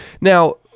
Now